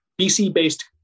BC-based